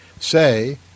say